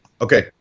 okay